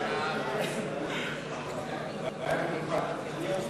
משרד הרווחה (שירות ייעוץ לאזרח,